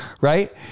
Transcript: right